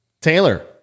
Taylor